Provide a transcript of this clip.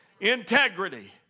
integrity